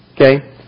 Okay